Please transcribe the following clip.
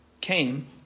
came